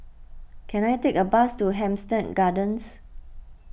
can I take a bus to Hampstead Gardens